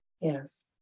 Yes